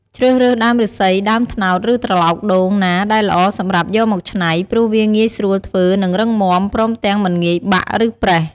ជ្រើសរើសដើមឫស្សី ដើមត្នោត ឬត្រឡោកដូងណាដែលល្អសម្រាប់យកមកច្នៃ ព្រោះវាងាយស្រួលធ្វើនិងរឹងមាំ ព្រមទាំងមិនងាយបាក់ ឬប្រេះ។